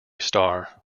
star